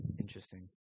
Interesting